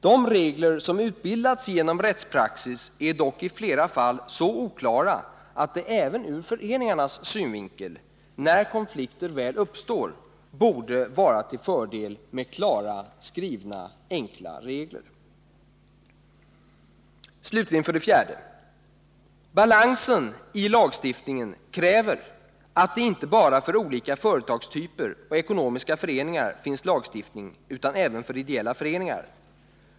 De regler som utbildats genom rättspraxis är dock i flera fall så oklara att det även ur föreningarnas synvinkel, när konflikter väl uppstår, borde vara till fördel att i stället ha klara och enkla skrivna regler. 4. Balansen i lagstiftningen kräver att det inte bara för olika företagstyper och ekonomiska föreningar finns lagstiftning utan även för ideella föreningar.